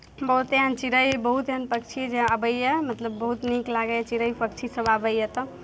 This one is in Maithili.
बहुत एहन चिड़ै बहुत एहन पक्षी जे अबैए मतलब बहुत नीक लागैए चिड़ै पक्षी सभ आबैए तऽ